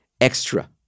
extra